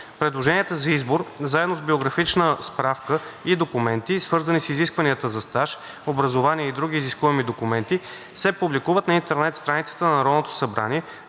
Предложенията за избор заедно с биографична справка и документи, свързани с изискванията за стаж, образование и други изискуеми документи, се публикуват на интернет страницата на Народното събрание